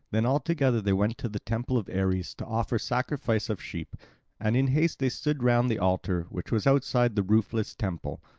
then all together they went to the temple of ares to offer sacrifice of sheep and in haste they stood round the altar, which was outside the roofless temple,